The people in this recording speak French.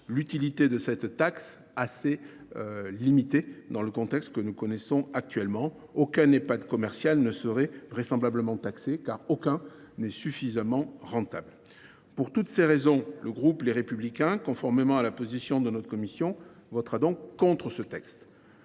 l’utilité de cette taxe assez limitée dans le contexte actuel : aucun Ehpad commercial ne serait vraisemblablement taxé, car aucun n’est suffisamment rentable. Pour toutes ces raisons, je le répète, le groupe Les Républicains, conformément à la position de notre commission, votera contre ce texte.